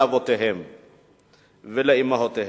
לאבותיהם ולאמותיהם,